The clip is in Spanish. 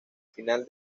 final